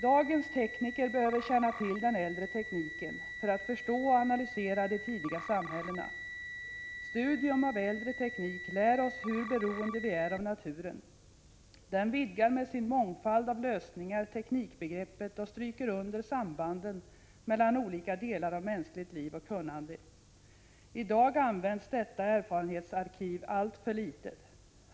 Dagens tekniker behöver känna till den äldre tekniken för att förstå och analysera de tidiga samhällena. Studium av äldre teknik lär oss hur beroende vi är av naturen. Den vidgar med sin mångfald av lösningar teknikbegreppet och stryker under sambanden mellan olika delar av mänskligt liv och kunnande. I dag används detta erfarenhetsarkiv alltför litet.